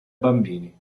bambini